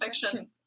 fiction